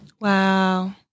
Wow